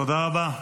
תודה רבה.